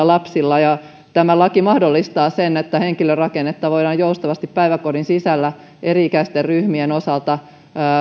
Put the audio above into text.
lapsilla ja tämä laki mahdollistaa sen että henkilörakennetta voidaan joustavasti päiväkodin sisällä eri ikäisten ryhmien osalta